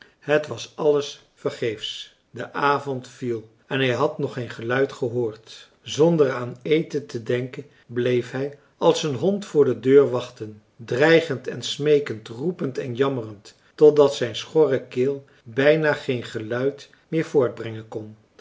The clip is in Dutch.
het was alles vergeefs de avond viel en hij had nog geen geluid gehoord zonder aan eten te denken bleef hij als een hond voor de deur wachten dreigend en smeekend roepend marcellus emants een drietal novellen en jammerend totdat zijn schorre keel bijna geen geluid meer voortbrengen kon